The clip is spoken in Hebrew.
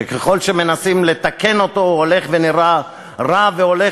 שככל שמנסים לתקן אותו הוא הולך ונראה רע והולך